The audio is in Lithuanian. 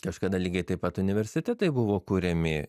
kažkada lygiai taip pat universitetai buvo kuriami